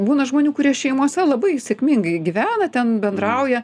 būna žmonių kurie šeimose labai sėkmingai gyvena ten bendrauja